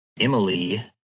Emily